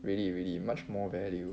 really really much more value